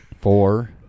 four